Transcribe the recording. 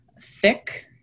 thick